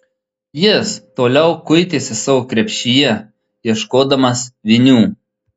jis toliau kuitėsi savo krepšyje ieškodamas vinių